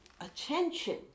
attention